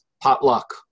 potluck